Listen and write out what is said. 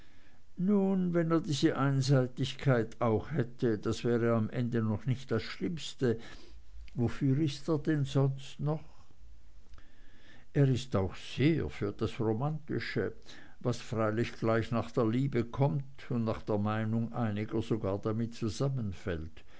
nun wenn er diese einseitigkeit auch hätte das wäre am ende noch nicht das schlimmste wofür ist er denn sonst noch er ist auch sehr für das romantische was freilich gleich nach der liebe kommt und nach meinung einiger sogar damit zusammenfällt